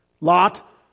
Lot